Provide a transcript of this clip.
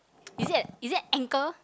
is it an is it an anchor